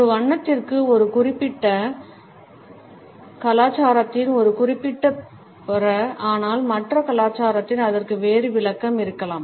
ஒரு வண்ணத்திற்கு ஒரு குறிப்பிட்ட கலாச்சாரத்தில் ஒரு குறிப்பிட்ட பொர ஆனால் மற்ற கலாச்சாரத்தில் அதற்கு வேறு விளக்கம் இருக்கலாம்